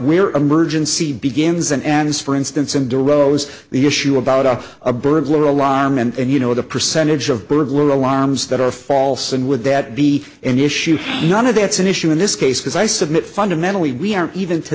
we're emergency begins and ends for instance enduros the issue about a a burglar alarm and you know the percentage of burglar alarms that are false and would that be an issue none of that's an issue in this case because i submit fundamentally we aren't even to